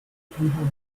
prynhawn